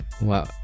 Wow